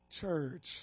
Church